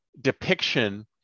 depiction